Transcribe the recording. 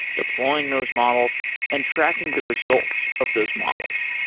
deploying those models and tracking the results of those models.